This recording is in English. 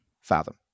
Fathom